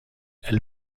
elle